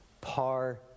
par